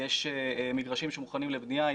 יש מגרשים שמוכנים לבנייה,